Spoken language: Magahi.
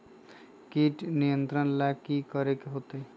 किट नियंत्रण ला कि करे के होतइ?